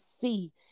see